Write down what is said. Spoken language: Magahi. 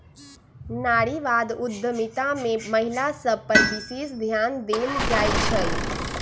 नारीवाद उद्यमिता में महिला सभ पर विशेष ध्यान देल जाइ छइ